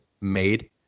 made